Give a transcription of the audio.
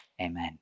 amen